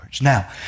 Now